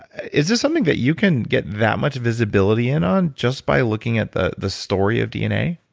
is this something that you can get that much visibility in on just by looking at the the story of dna?